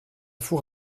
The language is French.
four